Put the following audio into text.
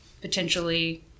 potentially